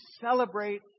celebrate